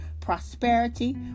prosperity